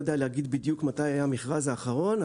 יודע להגיד בדיוק מתי היה המכרז האחרון,